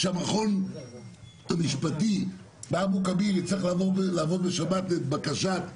האם חלמתם שהמכון המשפטי באבו כביר יצטרך לעבוד בשבת לבקשת רע"מ,